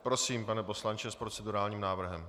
Prosím, pane poslanče, s procedurálním návrhem.